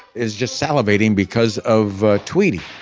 is just salivating because of ah tweety.